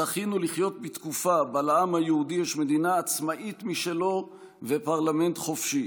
זכינו לחיות בתקופה שבה לעם היהודי יש מדינה עצמאית משלו ופרלמנט חופשי.